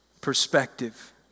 perspective